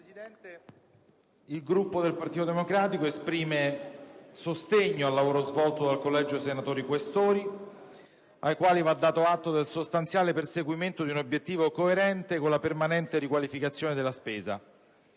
Presidente, il Gruppo del Partito Democratico esprime sostegno al lavoro svolto dal Collegio dei senatori Questori ai quali va dato atto del sostanziale perseguimento di un obiettivo coerente con la permanente riqualificazione della spesa.